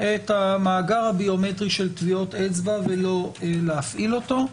את המאגר הביומטרי של טביעות אצבע ולא להפעיל אותו.